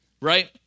right